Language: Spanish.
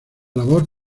labor